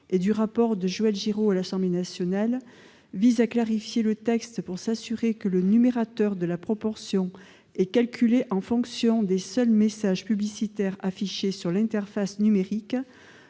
et du rapport de Joël Giraud à l'Assemblée nationale, vise à clarifier l'article 1 pour s'assurer que le numérateur de la proportion est calculé en fonction des seuls messages publicitaires affichés sur l'interface numérique